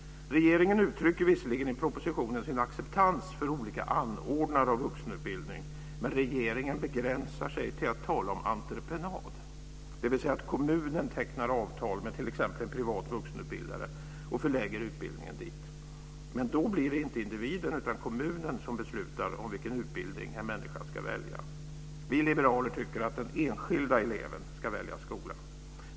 Regeringen uttrycker visserligen i propositionen sin acceptans för olika anordnare av vuxenutbildning men begränsar sig till att tala om entreprenad, dvs. att kommunen tecknar avtal med t.ex. en privat vuxenutbildare och förlägger utbildningen dit. Men då blir det inte individen utan kommunen som beslutar om vilken utbildning en människa ska välja. Vi liberaler tycker att den enskilda eleven ska välja skola.